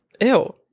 Ew